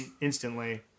instantly